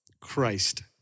Christ